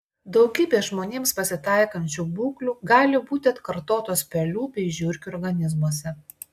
daugybė žmonėms pasitaikančių būklių gali būti atkartotos pelių bei žiurkių organizmuose